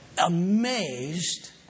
amazed